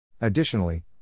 Additionally